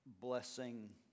blessing